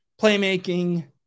playmaking